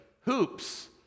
hoops